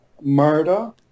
murder